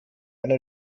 eine